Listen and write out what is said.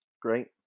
Great